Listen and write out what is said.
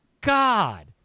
God